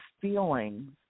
feelings